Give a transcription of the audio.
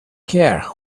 care